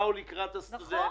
באו לקראת הסטודנטים.